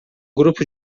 grupo